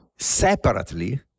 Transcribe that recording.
separately